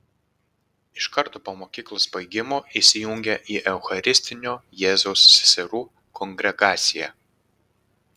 iš karto po mokyklos baigimo įsijungė į eucharistinio jėzaus seserų kongregaciją